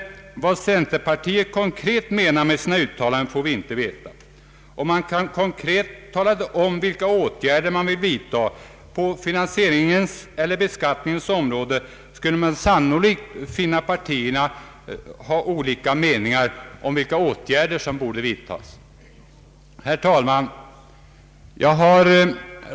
Vad centerpartiet konkret menar med sina uttalanden får vi inte veta,, Om man talade om vilka åtgärder man vill vidta på företagsfinansieringens eller beskattningens område skulle det sannolikt visa sig att partierna hade olika meningar om vilka åtgärder som borde vidtas. Herr talman!